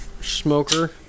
smoker